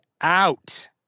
out